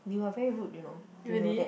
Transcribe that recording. you are very rude you know do you know that